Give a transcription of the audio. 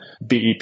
BEP